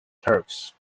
turks